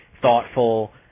thoughtful